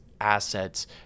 assets